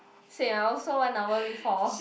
same I also one hour before